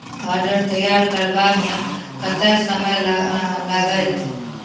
order तैयार करबामे कते समय लागत